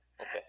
Okay